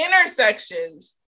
intersections